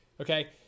okay